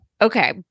Okay